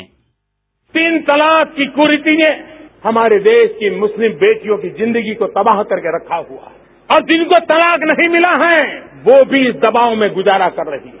sound bite तीन तलाक की कुरीति ने हमारे देश की मुस्लिम वेटियों की जिंदगी को तबाह करके रखा हुआ है और जिनको तलाक नहीं मिला है वो भी इस दबाव में गुजारा कर रही हैं